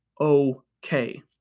okay